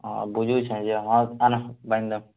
ହଁ ବୁଝୁଛି ଯେ ହଉ ଆଣ ବାନ୍ଧିଦିଅ